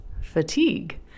fatigue